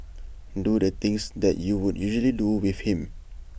do the things that you would usually do with him